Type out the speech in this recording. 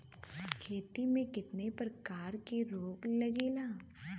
खेती में कितना प्रकार के रोग लगेला?